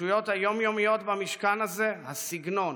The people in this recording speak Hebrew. ההתנגשויות היום-יומיות במשכן הזה, הסגנון,